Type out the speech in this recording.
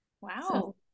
Wow